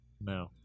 No